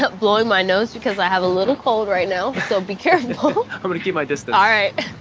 but blowing my nose because i have a little cold right now, so be careful. i'm gonna keep my distance. all right.